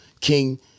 King